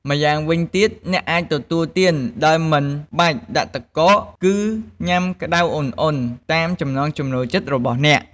ម្យ៉ាងវិញទៀត អ្នកអាចទទួលទានដោយមិនបាច់ដាក់ទឹកកក គឺញ៉ាំក្តៅឧណ្ហៗតាមចំណង់ចំណូលចិត្តរបស់អ្នក។